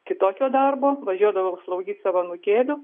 kitokio darbo važiuodavau slaugyt savo anūkėlių